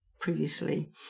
previously